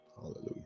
Hallelujah